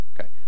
okay